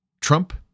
Trump